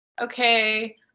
okay